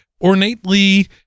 ornately